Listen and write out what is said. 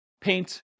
paint